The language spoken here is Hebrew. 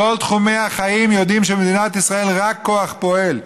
בכל תחומי החיים יודעים שבמדינת ישראל רק כוח פועל.